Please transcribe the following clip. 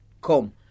Come